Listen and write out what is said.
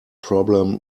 problem